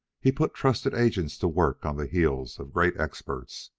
he put trusted agents to work on the heels of great experts,